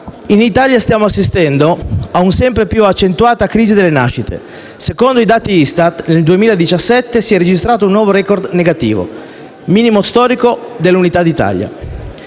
In Italia stiamo assistendo a una sempre più accentuata crisi delle nascite: secondo i dati ISTAT, nel 2017 si è registrato un nuovo *record* negativo, minimo storico dall'unità d'Italia.